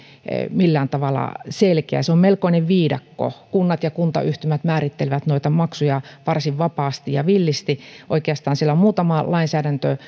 millään tavalla selkeä se on melkoinen viidakko kunnat ja kuntayhtymät määrittelevät maksuja varsin vapaasti ja villisti oikeastaan siellä on muutama lainsäädäntö